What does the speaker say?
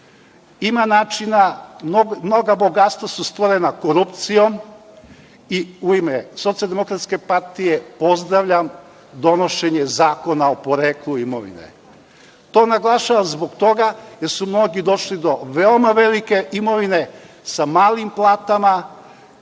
Ima načina, mnoga bogatstva su stvorena korupcijom i u ime Socijaldemokratske partije pozdravljam donošenje Zakona o poreklu imovine. To naglašavam zbog toga jer su mnogi došli do veoma velike imovine sa malim platama,